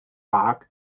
bach